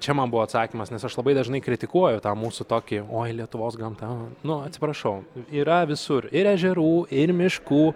čia man buvo atsakymas nes aš labai dažnai kritikuoju tą mūsų tokį oi lietuvos gamta nu atsiprašau yra visur ir ežerų ir miškų